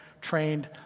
trained